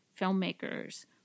filmmakers